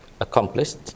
accomplished